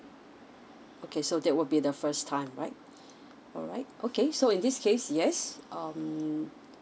okay so that will be the first time right alright okay so in this case yes um